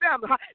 family